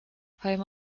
home